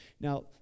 Now